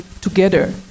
together